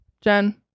jen